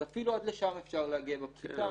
אז אפילו עד לשם אפשר להגיע -- כן,